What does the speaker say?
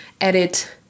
edit